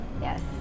yes